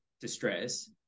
distress